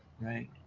right